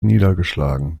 niedergeschlagen